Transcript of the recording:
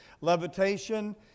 levitation